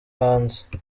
hanze